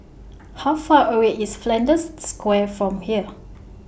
How Far away IS Flanders Square from here